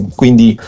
quindi